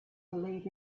believe